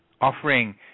offering